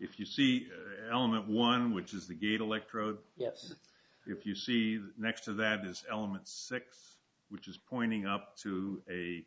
if you see element one which is the gate electrode yes if you see next to that is element six which is pointing up to a